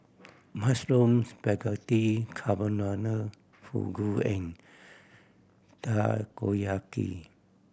Mushroom Spaghetti Carbonara Fugu and Takoyaki